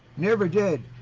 never did.